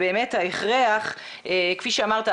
באמת ההכרח כפי שאמרת,